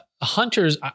Hunters